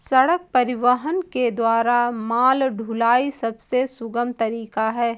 सड़क परिवहन के द्वारा माल ढुलाई सबसे सुगम तरीका है